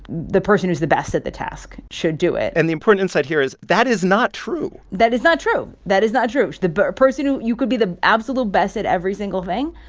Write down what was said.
the person who's the best at the task should do it and the important insight here is that is not true that is not true. that is not true. the but person who you could be the absolute best at every single thing,